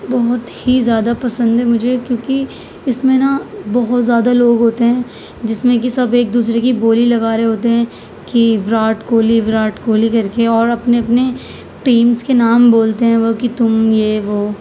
بہت ہی زیادہ پسند ہے مجھے کیونکہ اس میں نا بہت زیادہ لوگ ہوتے ہیں جس میں کہ سب ایک دوسرے کی بولی لگا رہے ہوتے ہیں کہ ویراٹ کوہلی ویراٹ کوہلی کر کے اور اپنے اپنے ٹیمس کے نام بولتے ہیں وہ کہ تم یہ وہ